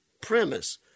premise